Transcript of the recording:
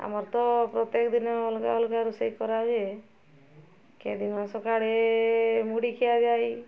ଆମର ତ ପ୍ରତ୍ୟେକ ଦିନ ଅଲଗା ଅଲଗା ରୋଷେଇ କରାହୁଏ କେଉଁଦିନ ସକାଳେ ମୁଢ଼ି ଖିଆଯାଏ